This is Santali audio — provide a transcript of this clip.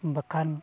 ᱵᱟᱝᱠᱷᱟᱱ